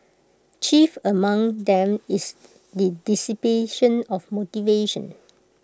chief among them is the dissipation of motivation